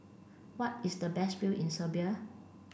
what is the best view in Serbia